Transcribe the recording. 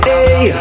Hey